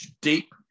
deep